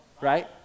right